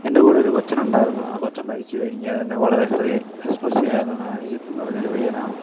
എൻ്റെ കൂടെ ഒരു കൊച്ചനുണ്ടായിരുന്നു ആ കൊച്ചൻ മരിച്ചു പോയി എനിക്ക് അതെന്നെ വളരെ ഹൃദയ സ്പർശിയായതാണ് അനുജിത്തെന്നു പറഞ്ഞൊരു പയ്യനാണ്